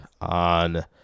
on